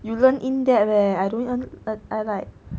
you learn in depth eh I I don't even I like